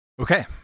Okay